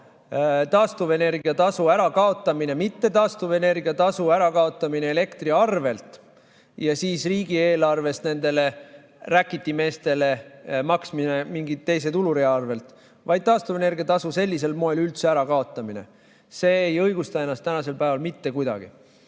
taastuvenergia tasu ärakaotamine – mitte taastuvenergia tasu ärakaotamine elektriarvel ja siis riigieelarvest nendele räkitimeestele maksmine mingi teise tulurea arvel, vaid taastuvenergia tasu sellisel moel üldse ärakaotamine. See ei õigusta ennast tänasel päeval mitte kuidagi.